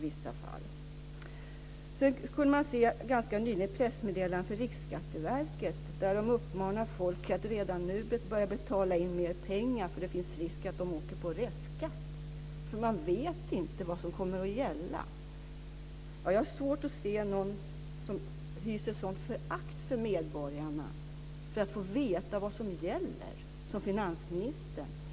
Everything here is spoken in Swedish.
Ganska nyligen kunde man se ett pressmeddelande från Riksskatteverket, där man uppmanar människor att redan nu börja betala in mer pengar därför att det finns risk för att de åker på restskatt, för man vet inte vad som kommer att gälla. Jag har svårt att se någon som hyser ett sådant förakt för medborgarna och deras rätt att få veta vad som gäller som finansministern.